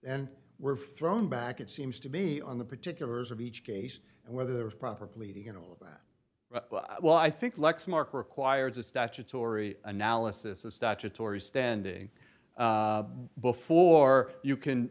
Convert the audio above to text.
then were flown back it seems to me on the particulars of each case and whether there was proper pleading in all of that well i think lexmark requires a statutory analysis of statutory standing before you can